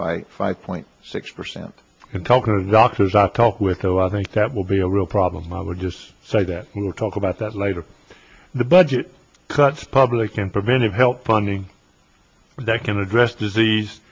by five point six percent in talking to doctors i talk with oh i think that will be a real problem i would just say that we'll talk about that later the budget cuts public and preventive health funding that can address disease